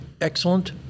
excellent